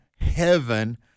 heaven